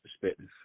perspective